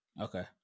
Okay